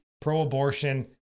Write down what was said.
pro-abortion